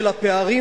של הפערים,